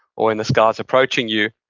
or when this guy's approaching you,